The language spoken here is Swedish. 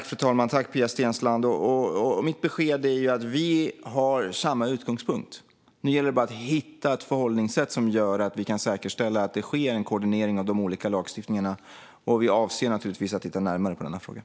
Fru talman! Mitt besked är att vi har samma utgångspunkt. Nu gäller det bara att hitta ett förhållningssätt som gör att vi kan säkerställa att det sker en koordinering av de olika lagstiftningarna. Vi avser naturligtvis att titta närmare på frågan.